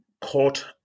court